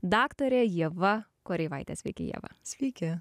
daktarė ieva kareivaitės į kijevą sveiki